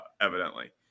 evidently